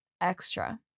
extra